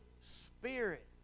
Spirit